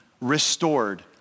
restored